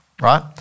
right